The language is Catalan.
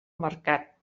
mercat